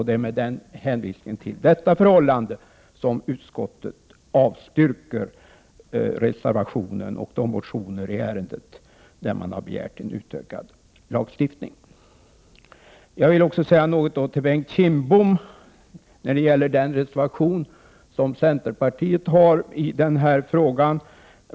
Det är med hänvisning till detta förhållande som utskottet avstyrker reservationen och de motioner i ärendet som begär en utökad lagstiftning. Jag vill också säga några ord till Bengt Kindbom om den reservation som centerpartiet har avgivit.